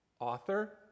author